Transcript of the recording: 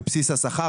מבסיס השכר,